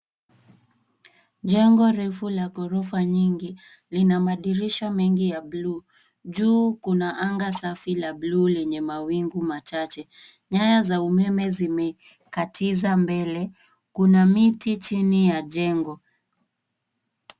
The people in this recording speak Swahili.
Jengo refu la ghorofa nyingi lina madirisha mengi ya bluu. Juu kuna anga safi la bluu lenye mawingu machache. Nyaya za umeme zimekatiza mbele. Kuna miti chini ya jengo.